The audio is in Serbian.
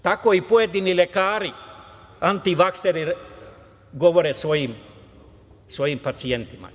Tako i pojedini lekari antivakseri govore svojim pacijentima.